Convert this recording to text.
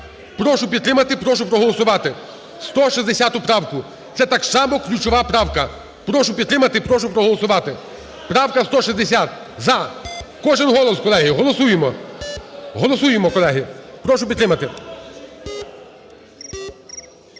Прошу підтримати, прошу проголосувати. 160 правку, це так само ключова правка. Прошу підтримати, прошу проголосувати. Правка 160 – за. Кожен голос колеги, голосуємо. Голосуємо, колеги, прошу підтримати.